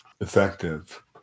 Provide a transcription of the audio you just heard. effective